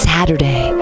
Saturday